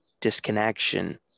disconnection